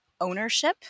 ownership